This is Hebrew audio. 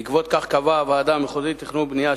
בעקבות כך קבעה הוועדה המחוזית לתכנון ולבנייה,